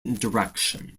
direction